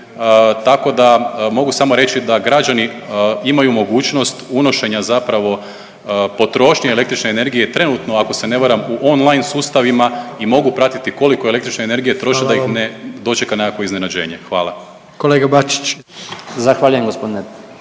tako da mogu samo reći da građani imaju mogućnost unošenja zapravo potrošnje električne energije trenutno ako se ne varam u online sustavima i mogu pratiti koliko električne energije troše …/Upadica: Hvala vam/… da ih ne dočeka nekakvo iznenađenje, hvala. **Jandroković, Gordan